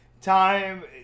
time